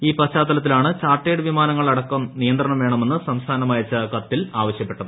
ഈ പശ്ചാത്തലത്തിലാണ് ചാർട്ടേഡ് വിമാനങ്ങൾക്കടക്കം നിയന്ത്രണം വേണമെന്ന് സംസ്ഥാനമയച്ചു കത്തിൽ ആവശ്യപ്പെട്ടത്